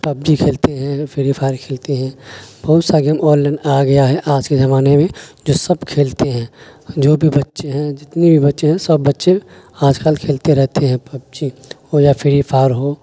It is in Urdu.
پبجی کھیلتے ہیں فری فائر کھیلتے ہیں بہت سا گیم آنلائن آ گیا ہے آج کے زمانے میں جو سب کھیلتے ہیں جو بھی بچے ہیں جتنے بھی بچے ہیں سب بچے آج کل کھیلتے رہتے ہیں پبجی ہو یا فری فائر ہو